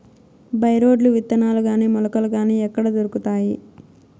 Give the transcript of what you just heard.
By రోడ్లు విత్తనాలు గాని మొలకలు గాని ఎక్కడ దొరుకుతాయి?